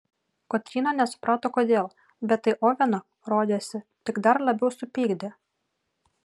kotryna nesuprato kodėl bet tai oveną rodėsi tik dar labiau supykdė